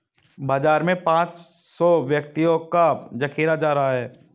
बाजार में पांच सौ व्यक्तियों का जखीरा जा रहा है